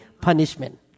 punishment